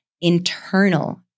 internal